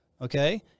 Okay